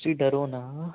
ਤੁਸੀਂ ਡਰੋ ਨਾ